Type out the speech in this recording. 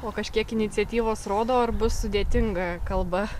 o kažkiek iniciatyvos rodo ar bus sudėtinga kalba